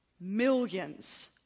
millions